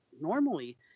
normally